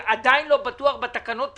אני עדיין לא בטוח בתקנות עצמן.